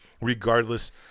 Regardless